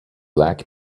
black